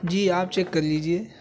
جی آپ چیک کر لیجیے